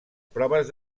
proves